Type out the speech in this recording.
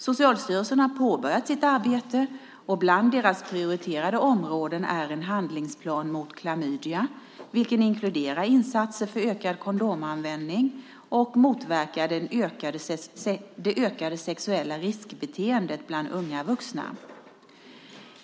Socialstyrelsen har påbörjat sitt arbete, och bland deras prioriterade områden är en handlingsplan mot klamydia vilken inkluderar insatser för att öka kondomanvändning och motverka det ökade sexuella riskbeteendet bland unga vuxna.